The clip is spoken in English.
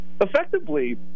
effectively